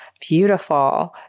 beautiful